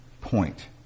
point